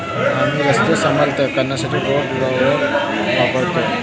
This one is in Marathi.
आम्ही रस्ते समतल करण्यासाठी रोड रोलर वापरतो